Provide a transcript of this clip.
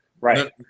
Right